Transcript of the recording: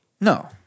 No